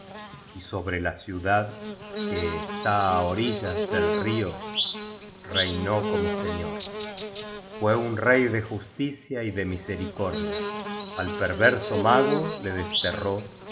y sobre la ciudad que está á orillas del río reina como señor fue un rey de justicia y de misericordia al perverso mago le desterró